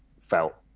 felt